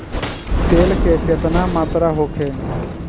तेल के केतना मात्रा होखे?